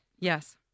Yes